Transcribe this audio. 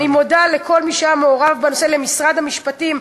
אני מודה לכל מי שהיה מעורב בנושא: למשרד המשפטים,